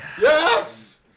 yes